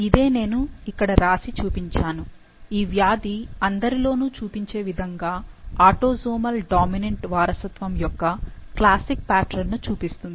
ఇదే నేను ఇక్కడ వ్రాసి చూపించాను ఈవ్యాధి అందరిలోనూ చూపించే విధంగా ఆటోసోమల్ డామినెంట్ వారసత్వం యొక్క క్లాసిక్ ప్యాట్రన్ ను చూపిస్తుంది